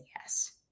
yes